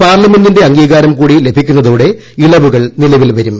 പാർലമെന്റിന്റെ അംഗീകാരം കൂടി ലഭിക്കുന്നതോടെ ഇളവുകൾ നിലവിൽ വരും